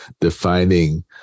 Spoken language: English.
defining